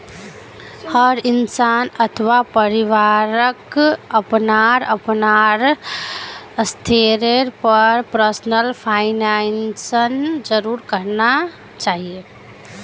हर इंसान अथवा परिवारक अपनार अपनार स्तरेर पर पर्सनल फाइनैन्स जरूर करना चाहिए